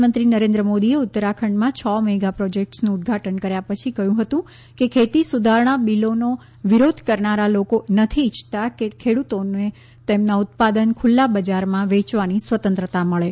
પ્રધાનમંત્રી નરેન્દ્ર મોદીએ ઉત્તરાખંડમાં છ મેગા પ્રોજેક્ટ્સનું ઉદ્વાટન કર્યા પછી કહ્યું હતું કે ખેતી સુધારણા બીલોનો વિરોધ કરનારા લોકો નથી ઇચ્છતા કે ખેડૂતોને તેમના ઉત્પાદન ખ્રલ્લા બજારમાં વેચવાની સ્વતંત્રતા મળે